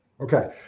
Okay